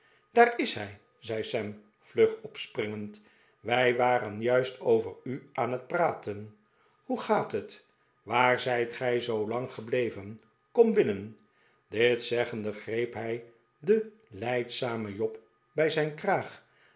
daar is hij zei sam vlug opspringend wij waren juist over u aan het praten hoe gaat het waar zijt gij zoolang gebleven kom binnen dit zeggende greep hij den lijdzamen job bij zijn kraag